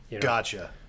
Gotcha